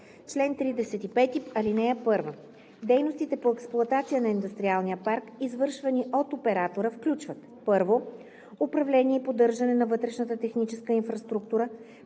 чл. 35: „Чл. 35. (1) Дейностите по експлоатация на индустриалния парк, извършвани от оператора, включват: 1. управление и поддържане на вътрешната техническа инфраструктура,